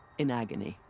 in agony.